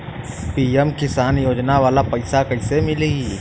PM किसान योजना वाला पैसा कईसे मिली?